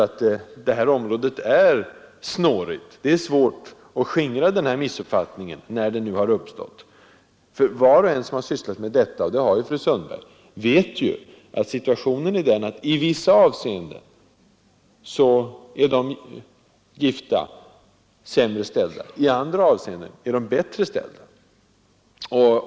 Ty det här området är snårigt — det är svårt att skingra missuppfattningarna när de nu har uppstått. Var och en som har sysslat med detta — och det har ju fru Sundberg gjort — vet att i vissa avseenden är de gifta sämre ställda och i andra avseenden är de bättre ställda.